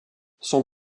son